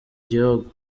gihugu